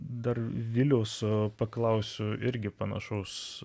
dar viliaus paklausiu irgi panašaus